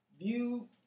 view